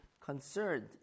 concerned